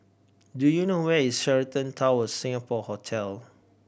do you know where is Sheraton Towers Singapore Hotel